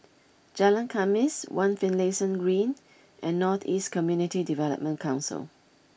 Jalan Khamis one Finlayson Green and North East Community Development Council